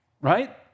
Right